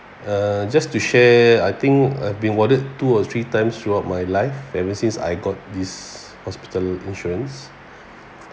uh just to share I think I've been warded two or three times throughout my life ever since I got this hospital insurance